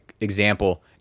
example